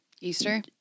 Easter